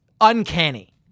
uncanny